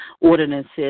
ordinances